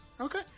Okay